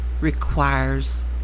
requires